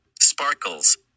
Sparkles